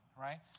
right